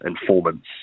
informants